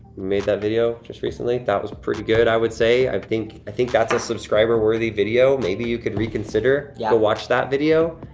made that video just recently, that was pretty good, i would say. i think i think that's a subscriber worthy video, maybe you could reconsider. yeah. go watch that video.